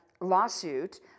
lawsuit